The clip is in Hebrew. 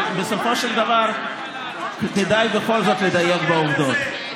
אבל בסופו של דבר כדאי בכל זאת לדייק בעובדות.